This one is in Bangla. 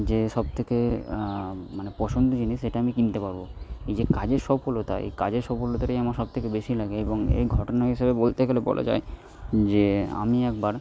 যে সবথেকে মানে পছন্দ জিনিস সেটা আমি কিনতে পারব এই যে কাজের সফলতা এই কাজের সফলতাটাই আমার সবথেকে বেশি লাগে এবং এই ঘটনা হিসেবে বলতে গেলে বলা যায় যে আমি একবার